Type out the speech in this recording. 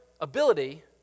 ability